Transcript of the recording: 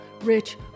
rich